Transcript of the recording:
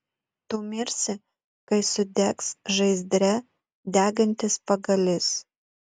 tu mirsi kai sudegs žaizdre degantis pagalys